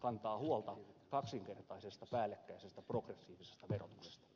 kantaa huolta kaksinkertaisesta päällekkäisestä progressiivisesta verotuksesta